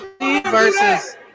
versus